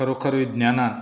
खरोखर विज्ञानान